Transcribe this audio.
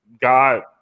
God